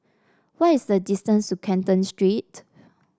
what is the distance to Canton Street